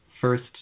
first